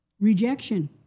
Rejection